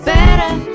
Better